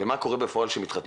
מה קורה בפועל כשמתחתנים?